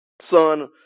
son